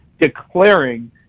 declaring